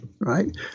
right